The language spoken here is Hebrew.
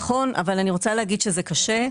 נכון, אבל אני רוצה להגיד שזה קשה.